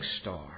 star